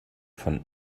von